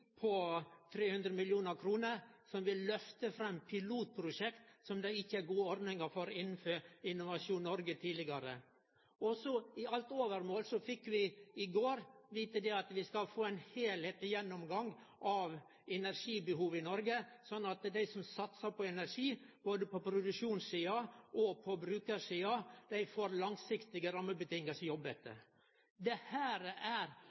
på 300 mill. kr som vil lyfte fram pilotprosjekt som det ikkje har vore gode ordningar for innafor Innovasjon Norge tidlegare. Til alt overmål fekk vi i går vite at vi skal få ein heilskapleg gjennomgang av energibehovet i Noreg, slik at dei som satsar på energi både på produksjonssida og på brukarsida, får langsiktige rammevilkår å jobbe etter. Dette er eit industrielt lyft utan sidestykke sidan vi starta oljeboring i Nordsjøen. Her